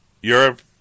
Europe